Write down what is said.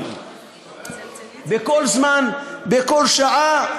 בכל זמן, בכל שעה,